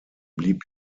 blieb